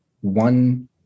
one